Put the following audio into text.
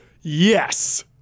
Yes